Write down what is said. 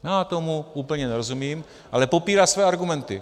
Já tomu úplně nerozumím, ale popírá své argumenty.